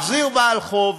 מחזיר בעל חוב,